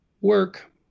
work